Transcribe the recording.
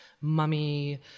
mummy